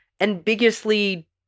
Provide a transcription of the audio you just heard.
ambiguously